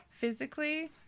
Physically